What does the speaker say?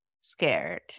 scared